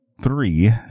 three